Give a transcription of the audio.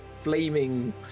flaming